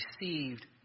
received